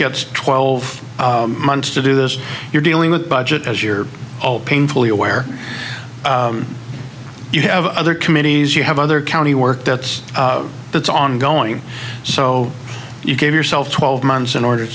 gets twelve months to do this you're dealing with budget as you're painfully aware you have other committees you have other county work that's that's ongoing so you give yourself twelve my in order